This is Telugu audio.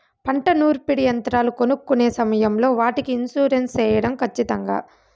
పంట నూర్పిడి యంత్రాలు కొనుక్కొనే సమయం లో వాటికి ఇన్సూరెన్సు సేయడం ఖచ్చితంగా?